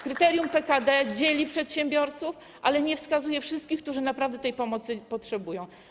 Kryterium PKD dzieli przedsiębiorców, ale nie wskazuje wszystkich, którzy naprawdę tej pomocy potrzebują.